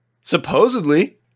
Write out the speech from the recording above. supposedly